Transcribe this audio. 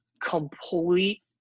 complete